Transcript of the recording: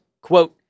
quote